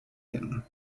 him